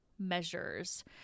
Measures